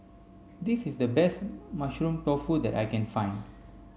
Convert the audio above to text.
this is the best mushroom tofu that I can find